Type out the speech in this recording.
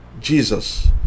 Jesus